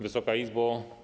Wysoka Izbo!